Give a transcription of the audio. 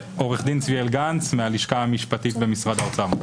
עו"ד צביאל גנץ מהלשכה המשפטית במשרד האוצר.